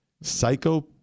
Psycho